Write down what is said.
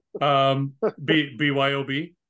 byob